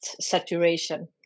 saturation